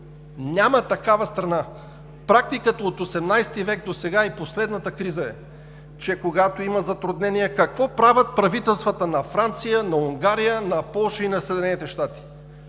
Няма такава страна. Практиката от XVIII век досега и последната криза е, че когато има затруднение, какво правят правителствата на Франция, на Унгария, на Полша и на Съединените щати?